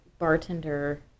bartender